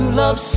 love